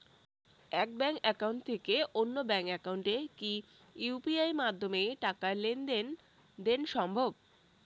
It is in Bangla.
এক ব্যাংক একাউন্ট থেকে অন্য ব্যাংক একাউন্টে কি ইউ.পি.আই মাধ্যমে টাকার লেনদেন দেন সম্ভব?